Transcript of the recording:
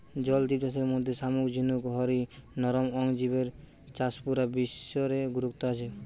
জল জিব চাষের মধ্যে শামুক ঝিনুক হারি নরম অং জিবের চাষ পুরা বিশ্ব রে গুরুত্ব আছে